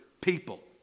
people